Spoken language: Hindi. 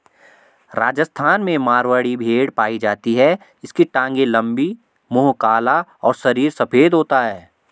राजस्थान में मारवाड़ी भेड़ पाई जाती है इसकी टांगे लंबी, मुंह काला और शरीर सफेद होता है